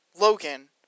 Logan